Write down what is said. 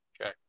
Okay